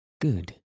Good